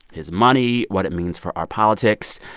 his money, what it means for our politics.